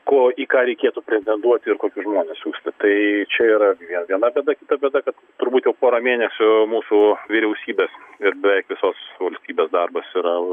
ko į ką reikėtų prezitenduoti ir kokius žmones siųsti tai čia yra vie viena bėda kita bėda kad turbūt jau pora mėnesių mūsų vyriausybės ir beveik visos valstybės darbas yra